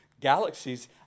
galaxies